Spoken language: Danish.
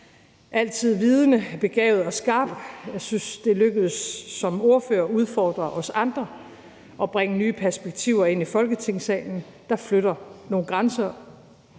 altid vidende, begavet og skarp. Jeg synes, at det lykkedes som ordfører at udfordre os andre og bringe nye perspektiver ind i Folketingssalen, der flytter nogle grænser,